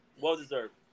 Well-deserved